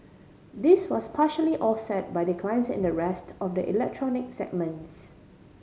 this was partially offset by declines in the rest of the electronic segments